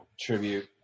tribute